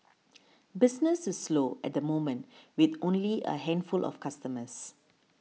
business is slow at the moment with only a handful of customers